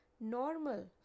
normal